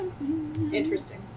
interesting